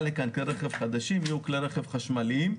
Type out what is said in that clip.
לכאן כרכבים חדשים יהיו כלי רכב חשמליים.